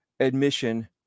admission